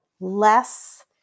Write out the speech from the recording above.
less